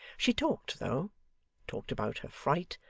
she talked though talked about her fright,